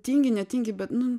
tingi netingi bet nu